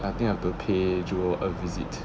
I think I have to pay jewel a visit